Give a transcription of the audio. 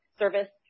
service